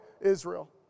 Israel